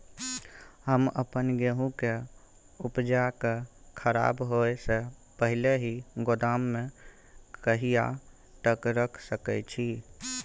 हम अपन गेहूं के उपजा के खराब होय से पहिले ही गोदाम में कहिया तक रख सके छी?